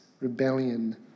rebellion